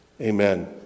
Amen